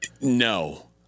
No